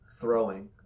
throwing